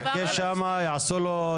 הוא מחכה שם על הספסל?